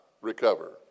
recover